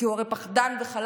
כי הוא הרי פחדן וחלש